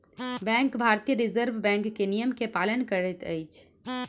bank भारतीय reserve bank के नियम के पालन करैत अछि